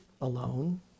alone